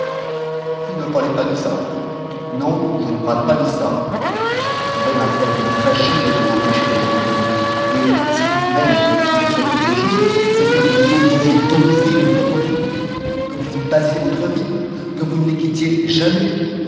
vous ne me parlez pas de ça non je ne parle pas de ça j'en serais ma foi bien fâché de vous empêcher d'aller aux lieux et si même je souhaite quelque chose c'est que vous y élisiez domicile une fois pour toutes que vous y passiez votre vie que vous ne les quittiez jamais